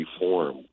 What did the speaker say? reform